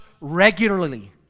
regularly